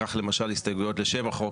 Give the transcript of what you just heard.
כך למשל הסתייגויות לשם החוק,